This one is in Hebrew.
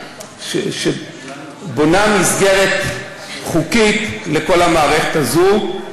שבונה מסגרת חוקית לכל המערכת הזו.